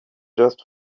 just